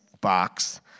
box